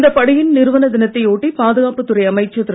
இந்த படையின் நிறுவன தினத்தை ஒட்டி பாதுகாப்பு துறை அமைச்சர் திரு